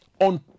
on